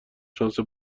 شانس